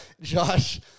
Josh